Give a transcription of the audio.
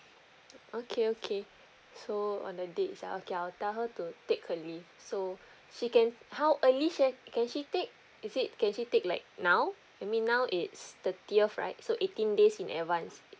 okay okay so on the day itself okay I'll tell her to take her leave so she can how early she can can she take is it can she take like now I mean now it's thirtieth right so eighteen days in advance